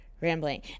rambling